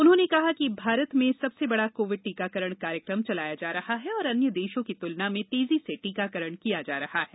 उन्होंने कहा कि भारत में सबसे बडा कोविड टीकाकरण कार्यक्रम चलाया जा रहा है और अन्य देशों की तुलना में तेजी से टीकाकरण किया जा रहा है